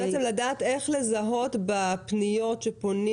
אתם רוצים לדעת איך לזהות בפניות שפונים